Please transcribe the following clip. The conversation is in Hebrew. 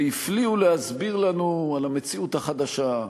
והפליאו להסביר לנו על המציאות החדשה,